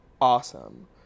awesome